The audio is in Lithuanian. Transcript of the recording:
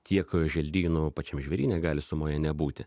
tiek želdynų pačiam žvėryne gali sumoje nebūti